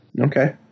Okay